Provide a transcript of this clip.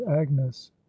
agnes